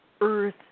earth